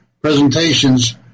presentations